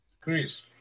Chris